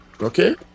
okay